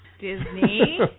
Disney